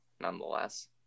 nonetheless